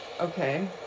Okay